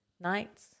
nights